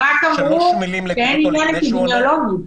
הם רק אמרו שאין עניין אפידמיולוגי.